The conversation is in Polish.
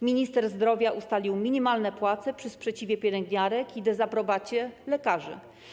Minister zdrowia ustalił minimalne płace przy sprzeciwie pielęgniarek i dezaprobacie lekarzy.